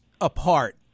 apart